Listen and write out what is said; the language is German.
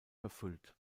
verfüllt